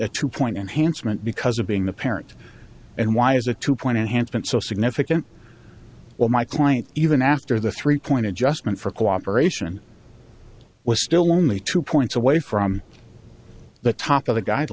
a two point enhancement because of being the parent and why is a two point to have been so significant well my client even after the three point adjustment for cooperation was still only two points away from the top of the